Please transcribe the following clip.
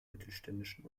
mittelständischen